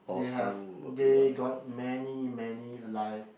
they have they got many many like